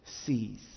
sees